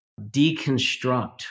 deconstruct